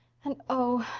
and oh,